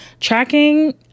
Tracking